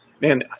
man